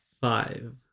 five